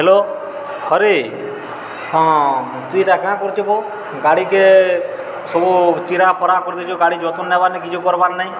hello Hari ହଁ ତୁଇ ଇ'ଟା କା'ଣା କରୁଛୁ ବୋ ଗାଡ଼ି'କେ ସବୁ ଚିରାଫରା କରିଦେଇଛୁ ଗାଡ଼ି ଯତ୍ନ ନେବାର୍ ନି କିଛି କର୍ବାର୍ ନାଇଁ